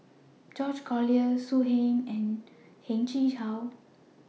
George Collyer So Heng and Heng Chee How